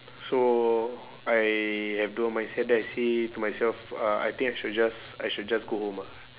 so I have dual mindset then I say to myself uh I think I should just I should just go home ah